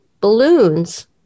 balloons